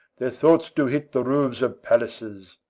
their thoughts do hit the roofs of palaces,